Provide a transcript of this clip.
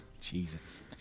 Jesus